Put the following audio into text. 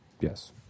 Yes